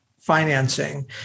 financing